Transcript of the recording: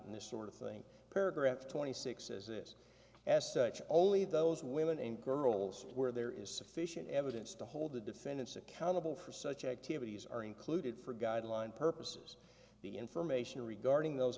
about this sort of thing paragraph twenty six as this as only those women and girls where there is sufficient evidence to hold the defendants accountable for such activities are included for guideline purposes the information regarding those